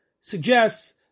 suggests